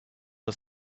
are